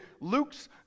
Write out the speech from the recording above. Luke's